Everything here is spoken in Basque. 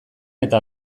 eta